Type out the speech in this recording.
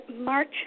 march